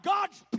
God's